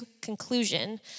conclusion